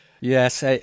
Yes